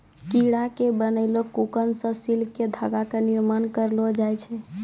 कीड़ा के बनैलो ककून सॅ सिल्क के धागा के निर्माण करलो जाय छै